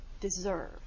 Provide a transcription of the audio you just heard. deserve